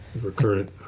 recurrent